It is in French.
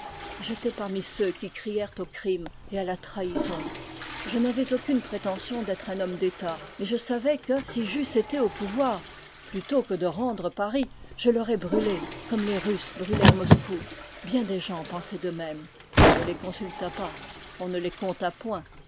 j'étais parmi ceux qui crièrent au crime et à la trahison je n'avais aucune prétention d'être un homme d'état mais je savais que si j'eusse été au pouvoir plutôt que de rendre paris je l'aurais brûlé comme les russes brûlèrent moscou bien des gens pensaient de même on ne les consulta pas on ne les compta point